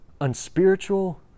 unspiritual